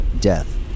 Death